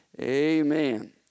Amen